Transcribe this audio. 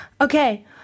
Okay